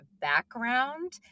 background